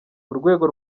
urwego